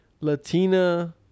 Latina